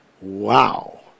wow